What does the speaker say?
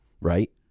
right